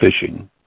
fishing